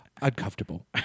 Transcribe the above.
uncomfortable